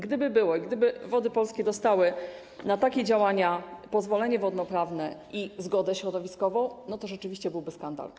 Gdyby Wody Polskie dostały na takie działania pozwolenie wodnoprawne i zgodę środowiskową, to rzeczywiście byłby skandal.